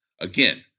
Again